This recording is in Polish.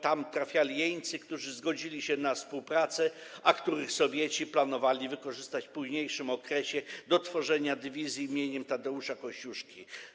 Tam trafiali jeńcy, którzy zgodzili się na współpracę, a których Sowieci planowali wykorzystać w późniejszym okresie do tworzenia dywizji im. Tadeusza Kościuszki.